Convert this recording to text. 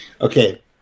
Okay